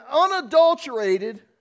unadulterated